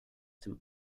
dem